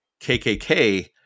KKK